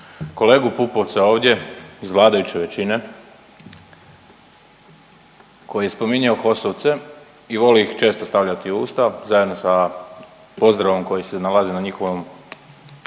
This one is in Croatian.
kolegu Pupovca ovdje iz vladajuće većine koji je spominjao HOS-ovce i voli ih često stavljati u usta zajedno sa pozdravom koji se nalazi na njihovom